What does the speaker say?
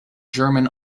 german